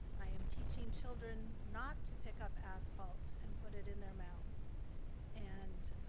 i am teaching children not to pick up asphalt and put it in their mouths and